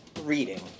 reading